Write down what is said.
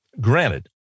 granted